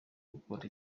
gukora